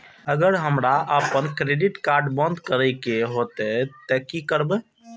अगर हमरा आपन क्रेडिट कार्ड बंद करै के हेतै त की करबै?